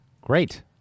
Great